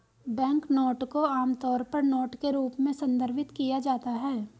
banknote को आमतौर पर नोट के रूप में संदर्भित किया जाता है